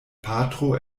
patro